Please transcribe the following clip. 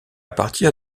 partir